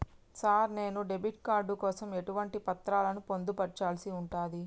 Sir నేను debit card కోసం ఎటువంటి పత్రాలను పొందుపర్చాల్సి ఉంటది?